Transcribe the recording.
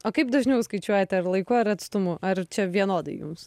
o kaip dažniau skaičiuojate ar laiku ar atstumu ar čia vienodai jums